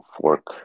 fork